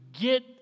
get